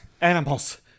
Animals